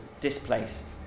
displaced